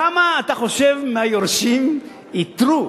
כמה יורשים אתה חושב שאיתרו